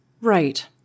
Right